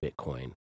bitcoin